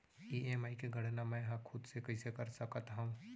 EMI के गड़ना मैं हा खुद से कइसे कर सकत हव?